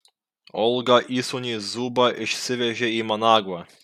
olga įsūnį zubą išsivežė į managvą